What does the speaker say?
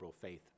faith